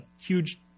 huge